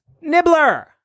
Nibbler